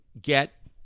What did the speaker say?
get